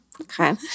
Okay